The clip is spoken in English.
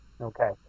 Okay